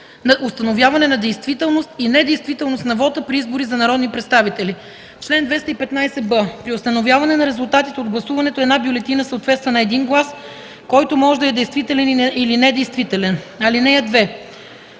„Установяване на действителност и недействителност на вота при избори за народни представители Чл. 215б. (1) При установяване на резултатите от гласуването една бюлетина съответства на един глас, който може да е действителен или недействителен. (2)